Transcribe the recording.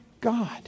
God